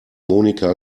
monika